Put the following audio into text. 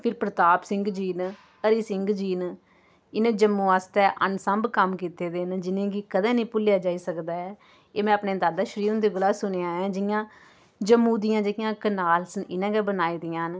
फिर प्रताप सिंह जी न हरी सिंह जी न इ'नें जम्मू आस्तै अनसंभ कम्म कीते दे न जि'नेंगी कदें नी भुल्लेआ जाई सकदा ऐ एह् मैं अपने दादा श्री हुंदे कोला सुनेआ ऐ जियां जम्मू दियां जेह्कियां कनाल्स न इ'नें गै बनाई दियां न